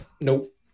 Nope